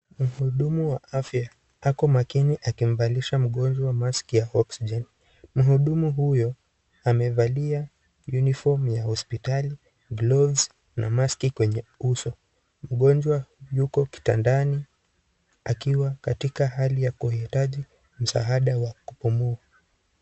Mhudumu wa afya ako makini akimvalisha mgonjwa mask ya oxygen . mhudumu huyo amevalia uniform ya hospitali, gloves na mask kwenye uzo. Mgonjwa mko kitandani akiwa kahitaji msaada wa kupumua.